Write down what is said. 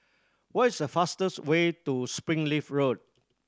what is the fastest way to Springleaf Road